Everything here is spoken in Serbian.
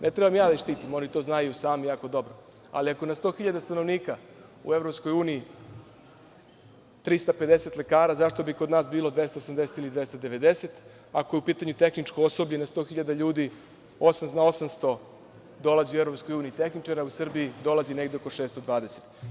Ne treba ja da ih štitim, znaju oni to jako dobro, ali ako je na 100.000 stanovnika u EU 350 lekara, zašto bi kod nas bilo 280 ili 290, ako je u pitanju tehničko osoblje na 100.000 ljudi dolazi 800 tehničara, u Srbiji dolazi negde oko 620.